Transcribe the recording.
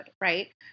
right